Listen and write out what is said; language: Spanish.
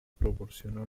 proporciona